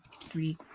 three